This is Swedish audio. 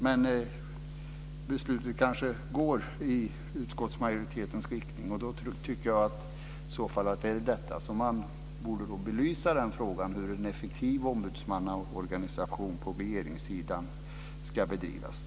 Men beslutet kanske går i utskottsmajoritetens riktning, och då tycker jag att man i så fall borde belysa frågan hur en effektiv ombudsmannaorganisation från regeringssidan ska bedrivas.